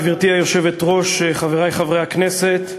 גברתי היושבת-ראש, תודה, חברי חברי הכנסת,